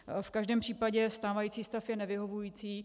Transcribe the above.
V každém případě stávající stav je nevyhovující.